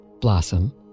Blossom